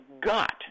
got